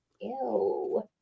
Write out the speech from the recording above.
Ew